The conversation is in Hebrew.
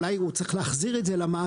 אולי הוא צריך להחזיר את זה למעביר,